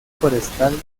forestal